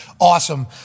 Awesome